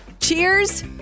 Cheers